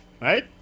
right